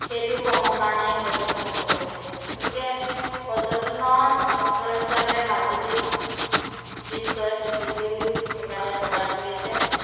সেইটো কৰ্মৰ কাৰণেই হয়টো সম্ভৱ হৈছে গতিকে পৰ্যটনৰ ক্ষেত্ৰ হিচাপে মাজুলীক বিশ্বই স্বীকৃতিও সেইকাৰণে প্ৰদান কৰিছে